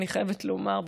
אני חייבת לומר,